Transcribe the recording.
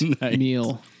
meal